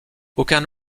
aucun